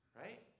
right